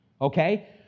Okay